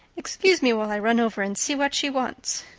excuse me while i run over and see what she wants.